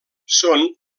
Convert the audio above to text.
són